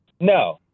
no